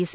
S